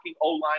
O-line